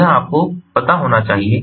तो यह आपको पता होना चाहिए